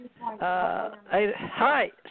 Hi